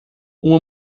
uma